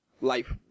life